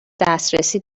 دسترسی